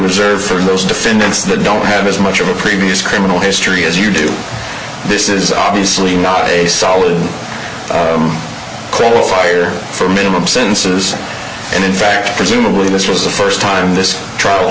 reserved for those defendants that don't have as much of a previous criminal history as you do this is obviously not a solid fire for minimum sentences and in fact presumably this was the first time this trial